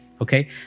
okay